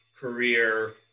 career